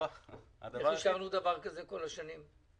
איך אפשרנו דבר כזה כל השנים?